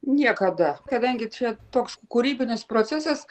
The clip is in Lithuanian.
niekada kadangi čia toks kūrybinis procesas